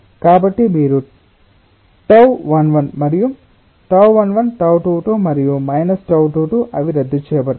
కాబట్టి మీరు τ11 మరియు τ11 τ22 మరియు τ22 అవి రద్దు చేయబడతాయి